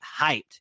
hyped